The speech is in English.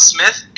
Smith